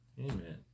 amen